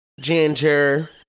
ginger